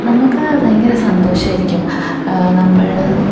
നമുക്ക് ഭയങ്കര സന്തോഷമായിരിക്കും നമ്മള്